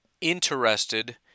interested